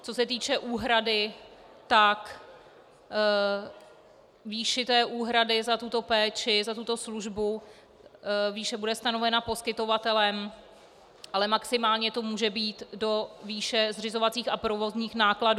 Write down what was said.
Co se týče výše úhrady za tuto péči, za tuto službu, výše bude stanovena poskytovatelem, ale maximálně to může být do výše zřizovacích a provozních nákladů.